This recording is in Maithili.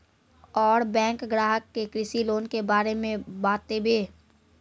और बैंक ग्राहक के कृषि लोन के बारे मे बातेबे?